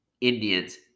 Indians